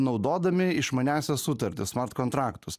naudodami išmaniąsias sutartis smart kontraktus